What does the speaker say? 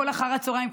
כל אחר הצוהריים,